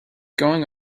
going